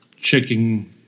Checking